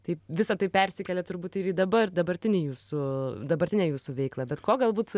taip visa tai persikelia turbūt ir į dabar dabartinį jūsų dabartinę jūsų veiklą bet ko galbūt